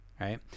right